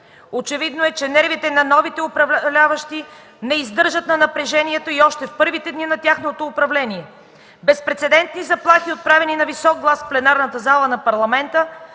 Очевидно е, че нервите на новите управляващи не издържат на напрежението още в първите дни на тяхното управление. Безпрецедентни заплахи, отправяни на висок глас в пленарната зала на парламента,